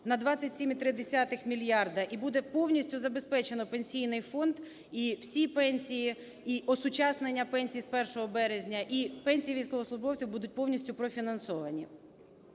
на 27,3 мільярди, і буде повністю забезпечено Пенсійний фонд. І всі пенсії, і осучаснення пенсій з 1 березня, і пенсії військовослужбовців будуть повністю профінансовані.